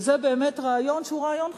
וזה באמת רעיון שהוא רעיון חשוב.